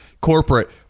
Corporate